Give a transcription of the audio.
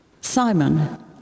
Simon